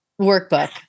workbook